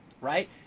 right